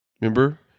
Remember